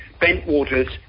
Bentwaters